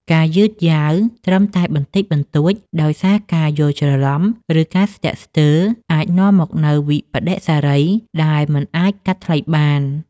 ការយឺតយ៉ាវត្រឹមតែបន្តិចបន្តួចដោយសារការយល់ច្រឡំ ឬការស្ទាក់ស្ទើរ អាចនាំមកនូវវិប្បដិសារីដែលមិនអាចកាត់ថ្លៃបាន។